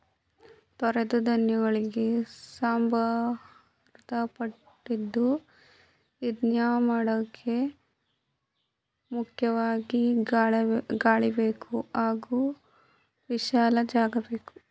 ತೂರೋದೂ ಧಾನ್ಯಗಳಿಗೆ ಸಂಭಂದಪಟ್ಟದ್ದು ಇದ್ನಮಾಡೋಕೆ ಮುಖ್ಯವಾಗಿ ಗಾಳಿಬೇಕು ಹಾಗೆ ವಿಶಾಲ ಜಾಗಬೇಕು